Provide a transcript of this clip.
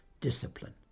discipline